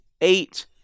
eight